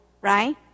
right